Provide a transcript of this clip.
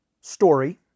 story